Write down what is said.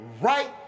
right